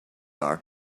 are